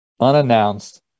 unannounced